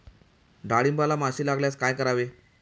डाळींबाला माशी लागल्यास काय करावे?